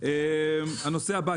הנושא הבא,